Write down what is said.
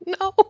No